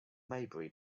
maybury